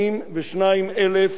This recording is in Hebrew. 342,414 יהודים.